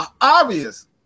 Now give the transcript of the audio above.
obvious